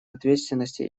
ответственности